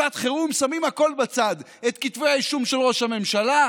בשעת חירום שמים הכול בצד: את כתבי האישום של ראש הממשלה,